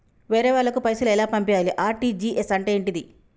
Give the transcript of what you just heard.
వేరే వాళ్ళకు పైసలు ఎలా పంపియ్యాలి? ఆర్.టి.జి.ఎస్ అంటే ఏంటిది?